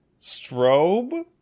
Strobe